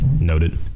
Noted